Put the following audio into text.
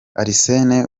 arsene